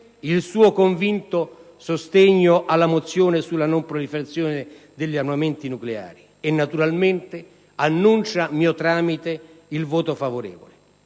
il suo convinto sostegno alla mozione sulla non proliferazione degli armamenti nucleari, e naturalmente annuncia mio tramite il voto favorevole,